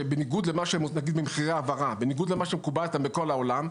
למשל במחירי ההעברה, בניגוד למה שמקובל בכל העולם,